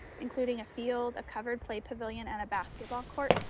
including a field, a covered play pavilion, and a basketball court,